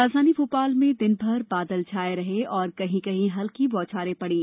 राजधानी भोपाल में दिनभर बादल छाये रहे और कहीं कहीं हल्की बौछारें पड़ी